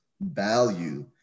value